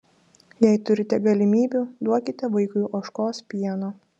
jei turite galimybių duokite vaikui ožkos pieno